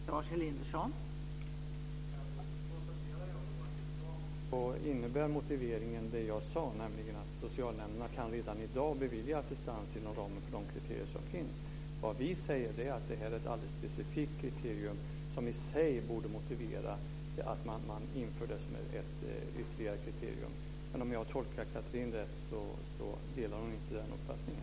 Fru talman! Jag konstaterar att i sak innebär motiveringen vad jag tidigare sade, nämligen att socialnämnderna redan i dag kan bevilja assistans inom ramen för de kriterier som finns. Vad vi säger är att det här är ett alldeles specifikt kriterium som i sig borde motivera att det införs som ytterligare ett kriterium. Men om jag tolkat Catherine Persson rätt delar hon inte den uppfattningen.